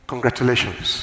Congratulations